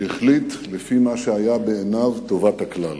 הוא החליט לפי מה שהיה בעיניו טובת הכלל.